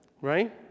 right